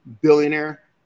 billionaire